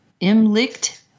ImLicht